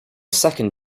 second